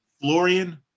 Florian